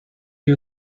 you